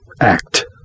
Act